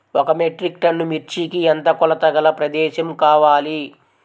ఒక metric ton మిర్చికి ఎంత కొలతగల ప్రదేశము కావాలీ?